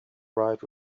bright